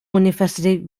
universität